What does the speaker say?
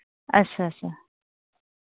अच्छा अच्छा